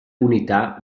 unità